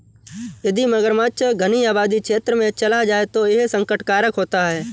यदि मगरमच्छ घनी आबादी क्षेत्र में चला जाए तो यह संकट कारक होता है